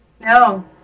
No